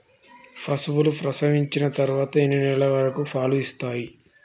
పశువులు ప్రసవించిన తర్వాత ఎన్ని నెలల వరకు పాలు ఇస్తాయి?